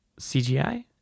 CGI